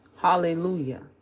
hallelujah